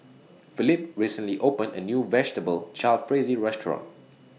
Felipe recently opened A New Vegetable Jalfrezi Restaurant